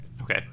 Okay